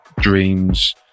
Dreams